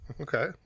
Okay